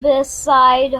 beside